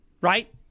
right